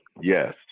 Yes